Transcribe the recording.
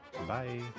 Bye